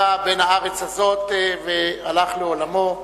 היה בן הארץ הזאת, והלך לעולמו.